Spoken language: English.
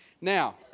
now